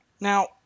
Now